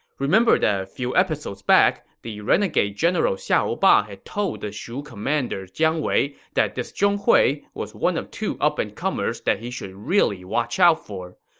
remember that a few episodes back, the renegade general xiahou ba had told the shu commander jiang wei that this zhong hui was one of two up-and-comers that he should really watch out for.